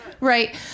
Right